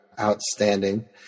outstanding